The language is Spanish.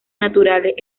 naturales